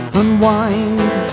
unwind